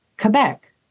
Quebec